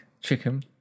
Chicken